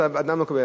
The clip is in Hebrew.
והאדם לא מקבל.